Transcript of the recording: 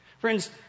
Friends